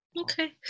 Okay